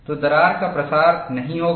तो दरार का प्रसार नहीं होगा